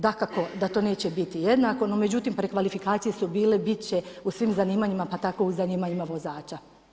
Dakako da to neće biti jednako, no međutim, prekvalifikacije su bile, biti će u svim zanimanjima pa tako i u zanimanjima vozača.